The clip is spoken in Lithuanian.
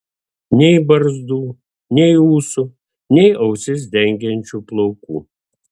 nei barzdų nei ūsų nei ausis dengiančių plaukų